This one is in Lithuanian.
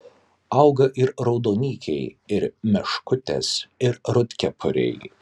auga ir raudonikiai ir meškutės ir rudkepuriai